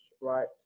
right